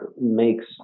makes